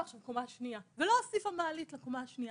עכשיו קומה שנייה ולא הוסיפה מעלית לקומה השנייה.